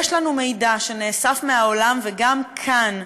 יש לנו מידע שנאסף מהעולם וגם כאן,